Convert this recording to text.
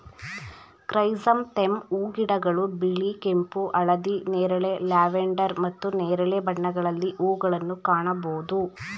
chrysanthemum ಹೂಗಿಡಗಳು ಬಿಳಿ, ಕೆಂಪು, ಹಳದಿ, ನೇರಳೆ, ಲ್ಯಾವೆಂಡರ್ ಮತ್ತು ನೇರಳೆ ಬಣ್ಣಗಳಲ್ಲಿ ಹೂಗಳನ್ನು ಕಾಣಬೋದು